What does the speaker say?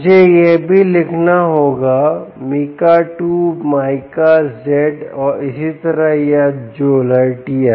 मुझे यह भी लिखना होगा मीका 2 माइका जेड और इसी तरह या ज़ोलर्टिया